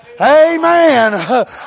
Amen